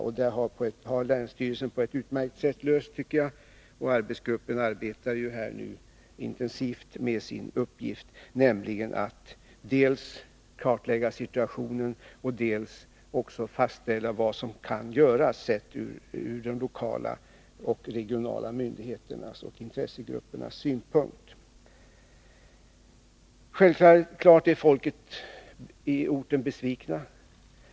Det problemet tycker jag att länsstyrelsen har löst på ett utmärkt sätt, och arbetsgruppen arbetar intensivt med sin uppgift: dels att kartlägga situationen, dels att fastställa vad som sedan kan göras ur de lokala och regionala myndigheternas och intressegruppernas synvinkel. Självfallet är människorna på orten besvikna.